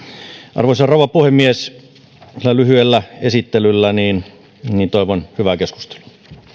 arvoisa rouva puhemies tällä lyhyellä esittelyllä toivon hyvää keskustelua